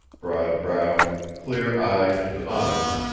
broad-browed, clear-eyed, and honest,